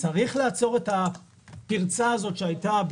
צריך לעצור את הפרצה הזאת שהייתה,